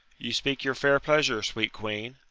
you speak your fair pleasure, sweet queen.